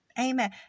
Amen